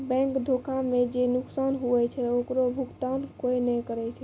bank धोखा मे जे नुकसान हुवै छै ओकरो भुकतान कोय नै करै छै